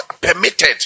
permitted